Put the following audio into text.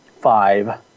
five